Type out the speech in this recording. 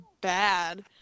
bad